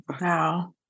Wow